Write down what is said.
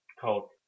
called